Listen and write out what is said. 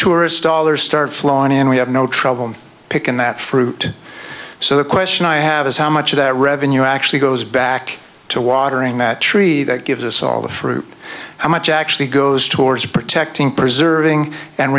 tourist dollars start flowing in we have no trouble picking that fruit so the question i have is how much of that revenue actually goes back to watering that tree that gives us all the fruit how much actually goes towards protecting preserving and